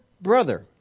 brother